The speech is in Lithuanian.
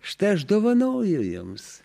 štai aš dovanoju jiems